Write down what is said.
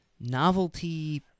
novelty